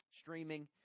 streaming